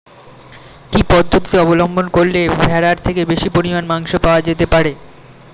কি পদ্ধতিতে অবলম্বন করলে ভেড়ার থেকে বেশি পরিমাণে মাংস পাওয়া যেতে পারে?